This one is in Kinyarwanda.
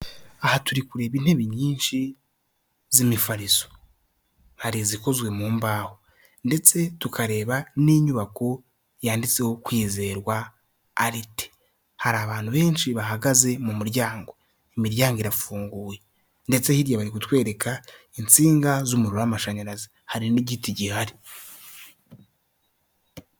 Aha turi kureba intebe nyinshi z'imifariso, hari izikozwe mu mbaho, ndetse tukareba n'inyubako yanditseho Kwizerwa art, hari abantu benshi bahagaze mu muryango, imiryango irafunguye, ndetse hirya bari kutwereka insinga z'umuriro w'amashanyarazi, hari n'igiti gihari.